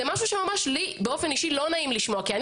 זה משהו שלי באופן אישי שלא נעים לשמוע כי אני